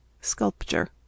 Sculpture